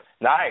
Nice